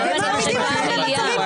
היא אמרה שבמצב כזה,